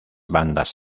bandas